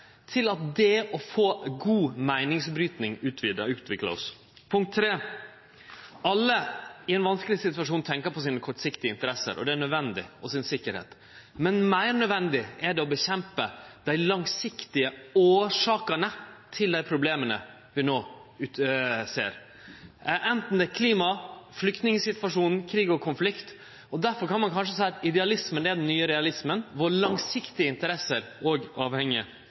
til at det å få god meiningsbryting utvidar og utviklar oss. Alle i ein vanskeleg situasjon tenkjer på sine kortsiktige interesser og si eiga sikkerheit, og det er nødvendig, men meir nødvendig er det å nedkjempe dei langsiktige årsakene til dei problema vi no ser, anten det er klima, flyktningsituasjonen eller krig og konflikt. Difor kan ein kanskje seie at idealismen er den nye realismen. Våre langsiktige interesser er òg avhengige